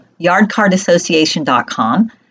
yardcardassociation.com